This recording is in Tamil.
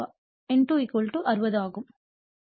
எனவே இது N2 60 ஆகும்